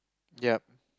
yup